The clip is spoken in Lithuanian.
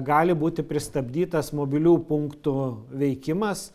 gali būti pristabdytas mobilių punktų veikimas